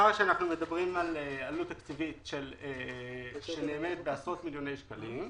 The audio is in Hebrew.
מאחר ואנחנו מדברים על עלות תקציבית שנאמדת בעשרות מיליוני שקלים,